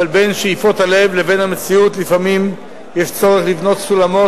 אבל בין שאיפות הלב לבין המציאות לפעמים יש צורך לבנות סולמות,